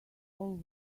all